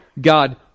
God